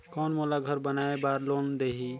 कौन मोला घर बनाय बार लोन देही?